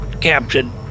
captain